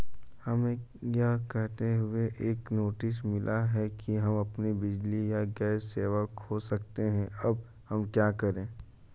हमें यह कहते हुए एक नोटिस मिला कि हम अपनी बिजली या गैस सेवा खो सकते हैं अब हम क्या करें?